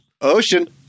Ocean